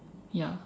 ya